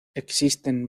existen